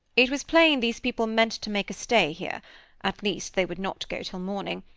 it was plain these people meant to make a stay here at least they would not go till morning.